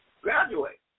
graduate